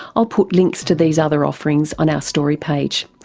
i'll put links to these other offerings on our story page,